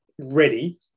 ready